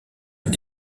est